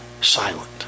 silent